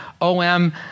OM